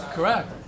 Correct